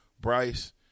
Bryce